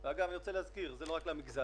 אגב, אני רוצה להזכיר: זה לא רק למגזר